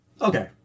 Okay